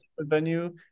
venue